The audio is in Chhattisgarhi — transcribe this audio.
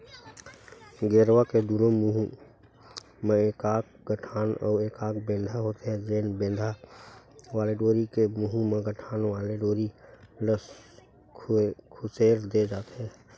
गेरवा के दूनों मुहूँ म एकाक गठान अउ एकाक बेंधा होथे, जेन बेंधा वाले डोरी के मुहूँ म गठान वाले डोरी ल खुसेर दे जाथे